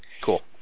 Cool